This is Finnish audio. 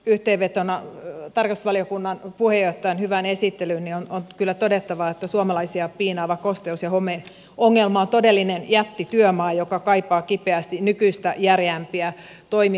yhteenvetona tarkastusvaliokunnan puheenjohtajan hyvään esittelyyn on kyllä todettava että suomalaisia piinaava kosteus ja homeongelma on todellinen jättityömaa joka kaipaa kipeästi nykyistä järeämpiä toimia